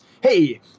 hey